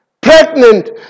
pregnant